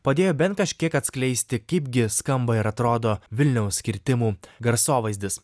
padėjo bent kažkiek atskleisti kaipgi skamba ir atrodo vilniaus kirtimų garsovaizdis